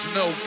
no